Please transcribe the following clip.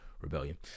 rebellion